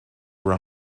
were